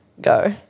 Go